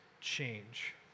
change